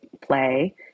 play